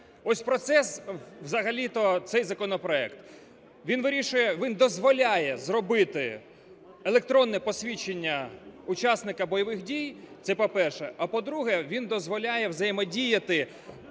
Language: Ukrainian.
Ось про це взагалі то цей законопроект. Він дозволяє зробити електронне посвідчення учасника бойових дій. Це, по-перше. А, по-друге, він дозволяє взаємодіяти